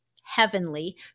heavenly